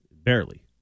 Barely